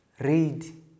read